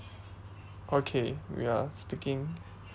okay we are speaking